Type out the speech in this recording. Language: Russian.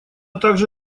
также